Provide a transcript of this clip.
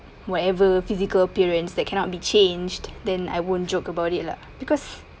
whatever physical appearance that cannot be changed then I won't joke about it lah because